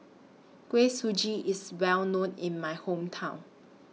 Kuih Suji IS Well known in My Hometown